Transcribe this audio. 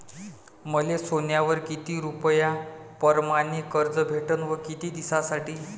मले सोन्यावर किती रुपया परमाने कर्ज भेटन व किती दिसासाठी?